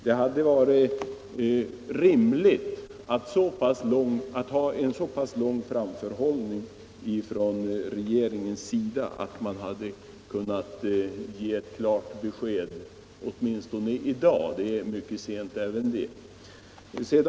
Det hade varit rimligt att ha så pass lång framförhållning att regeringen kunnat ge ett klart besked åtminstone i dag; det är mycket sent även det.